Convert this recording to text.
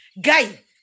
Guy